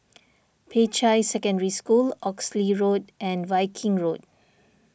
Peicai Secondary School Oxley Road and Viking Road